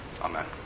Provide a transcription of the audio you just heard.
Amen